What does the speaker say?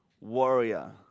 warrior